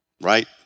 right